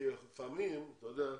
לפעמים, אתה יודע,